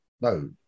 No